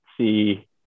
see –